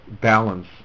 balance